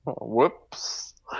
Whoops